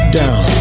down